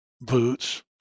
boots